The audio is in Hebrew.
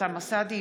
אוסאמה סעדי,